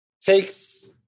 takes